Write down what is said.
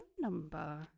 number